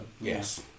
yes